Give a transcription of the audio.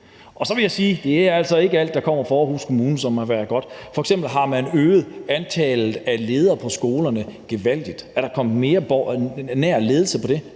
ud. Så vil jeg sige, at det altså ikke er alt, der kommer fra Aarhus Kommune, som har været godt. F.eks. har man øget antallet af ledere på skolerne gevaldigt. Er der kommet mere nær ledelse af det?